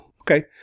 okay